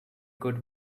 good